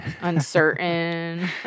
uncertain